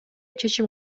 чечим